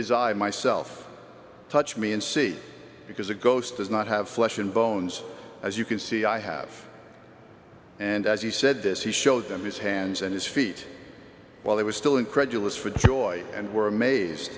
s i myself touch me and see because a ghost does not have flesh and bones as you can see i have and as he said this he showed them his hands and his feet while they were still incredulous for joy and were amazed